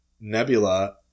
Nebula